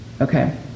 Okay